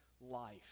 life